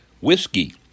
Whiskey